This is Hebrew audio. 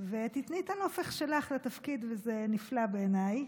ותיתני את הנופך שלך לתפקיד, וזה נפלא בעיניי.